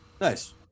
Nice